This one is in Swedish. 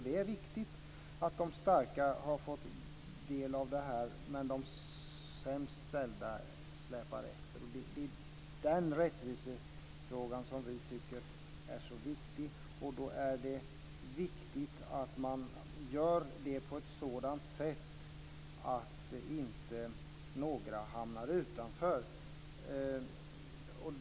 Det är riktigt att de starka har fått del av det här men de sämst ställda släpar efter. Den rättvisefrågan tycker vi är mycket viktig. Då är det väsentligt att det hela görs på ett sådant sätt att inte några hamnar utanför.